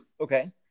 Okay